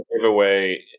giveaway